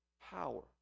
power